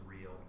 real